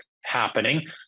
happening